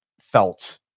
felt